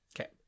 okay